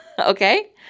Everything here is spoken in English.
Okay